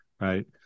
right